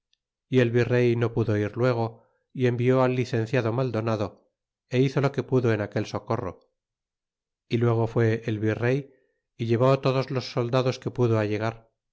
y el virey no pudo ir luego y envió al licenciado maldonado é hizo lo que pudo en aquel socorro y luego fue el virey y llevó todos los soldados que pudo allegar